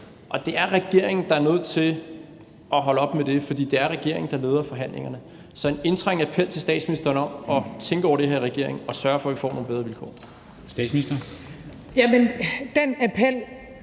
Og det er regeringen, der er nødt til at holde op med det, for det er regeringen, der leder forhandlingerne. Så jeg har en indtrængende appel til statsministeren om, at man tænker over det her i regeringen, og om at sørge for, at vi får nogle bedre vilkår.